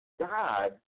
God